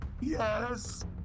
Yes